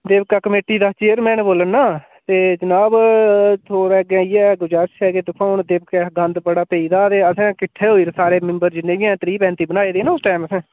देवका committee दा chairman बोल्ला न ते जनाब थुआढ़े अग्गै इ'यै गुजारिश ऐ कि दिक्खो हून देवका गंद बड़ा पेई गेदा ते असें किट्ठे होई दे सारे मैम्बर जिन्ने बी हैन त्रीह् पैंती बनाए दे हे ना उस टाइम असें